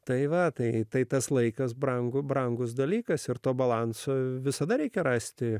tai va tai tas laikas brangų brangus dalykas ir to balanso visada reikia rasti